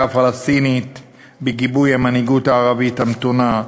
הפלסטינית בגיבוי המנהיגות הערבית המתונה,